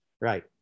Right